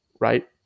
Right